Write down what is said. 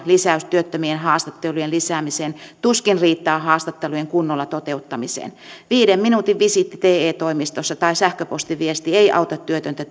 lisäys työttömien haastattelujen lisäämiseen tuskin riittää haastattelujen kunnolla toteuttamiseen viiden minuutin visiitti te toimistossa tai sähköpostiviesti ei auta työtöntä